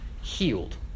healed